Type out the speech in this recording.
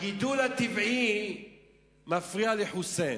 הגידול הטבעי מפריע לחוסיין.